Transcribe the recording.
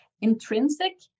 intrinsic